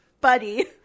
buddy